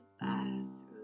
bathroom